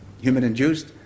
human-induced